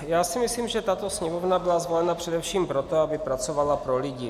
Já si myslím, že tato Sněmovna byla zvolena především proto, aby pracovala pro lidi.